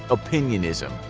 opinionism,